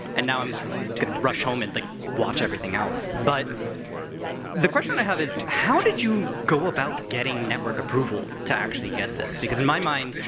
and now i'm going to rush home and watch everything else. but the question i have is, how did you go about getting network approval to actually get this? because in my mind,